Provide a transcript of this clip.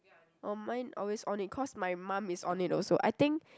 oh mine always on it cause my mum is on it also I think